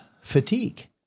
fatigue